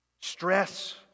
stress